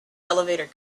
elevator